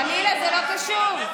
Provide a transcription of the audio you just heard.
חלילה, זה לא קשור.